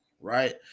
right